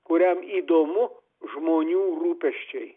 kuriam įdomu žmonių rūpesčiai